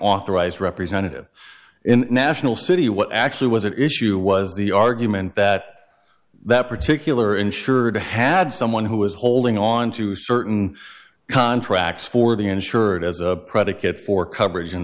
authorized representative in national city what actually was at issue was the argument that that particular insured had someone who was holding on to certain contracts for the insured as a predicate for coverage in